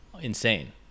insane